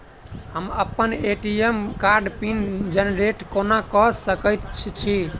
हम अप्पन ए.टी.एम कार्डक पिन जेनरेट कोना कऽ सकैत छी?